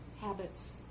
habits